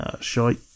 shite